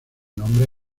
nombre